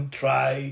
try